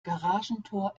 garagentor